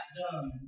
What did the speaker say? done